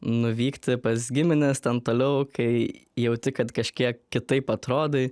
nuvykti pas gimines ten toliau kai jauti kad kažkiek kitaip atrodai